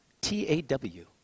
T-A-W